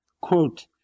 quote